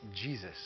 Jesus